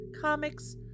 comics